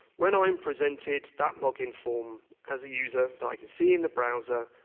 when i'm presented, that login form as a user, that i can see in the browser,